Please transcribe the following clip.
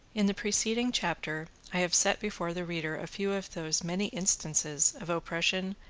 in the preceding chapter i have set before the reader a few of those many instances of oppression,